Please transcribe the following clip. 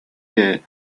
the